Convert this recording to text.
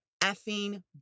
effing